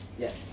Yes